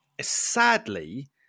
sadly